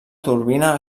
turbina